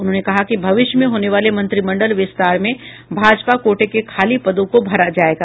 उन्होंने कहा कि भविष्य में होने वाले मंत्रिमंडल विस्तार में भाजपा कोटे के खाली पदों को भरा जाएगा